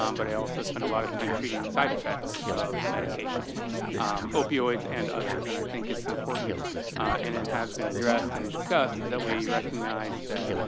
um but i also spend a lot of time treating side effects of medications opioids and others. and i think it's important and it has been addressed and discussed that we recognize that,